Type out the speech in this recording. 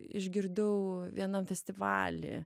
išgirdau vienam festivaly